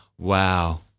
Wow